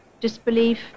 disbelief